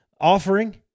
offering